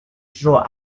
draw